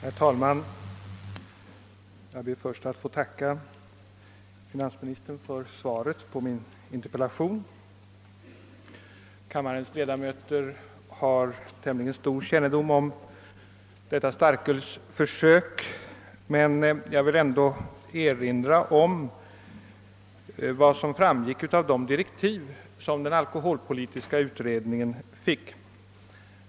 Herr talman! Jag ber att få tacka finansministern för svaret på min interpellation. Kammarens ledamöter har säkert ganska god kännedom om det starkölsförsök det här är fråga om, men jag vill ändå erinra om de direktiv som alkoholpolitiska utredningen fick.